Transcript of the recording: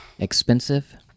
Expensive